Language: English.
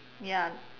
ya